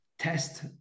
Test